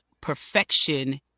perfection